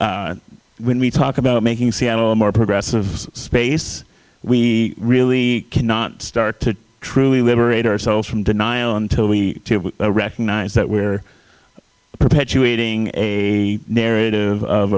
and when we talk about making seattle a more progressive space we really cannot start to truly liberate ourselves from denial until we recognize that we are perpetuating a narrative of